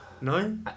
No